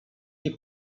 jej